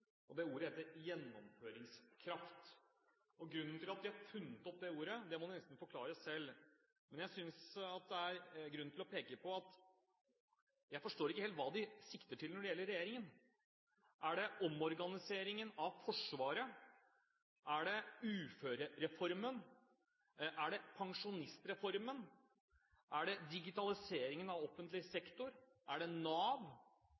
funnet opp det ordet, må de nesten forklare selv, men jeg synes det er grunn til å peke på at jeg ikke helt forstår hva de sikter til når det gjelder regjeringen. Er det omorganiseringen av Forsvaret? Er det uførereformen? Er det pensjonsreformen? Er det digitaliseringen av offentlig sektor? Er det Nav?